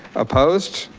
opposed,